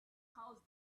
house